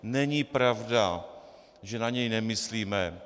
Není pravda, že na něj nemyslíme.